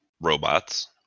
robots